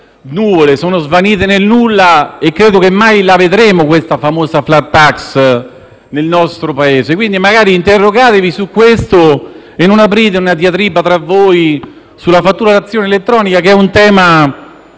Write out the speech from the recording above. nuvole, sono svanite nel nulla e credo che mai vedremo la famosa *flat tax* nel nostro Paese. Magari interrogatevi su questo e non aprite una diatriba tra voi sulla fatturazione elettronica, che pure è un tema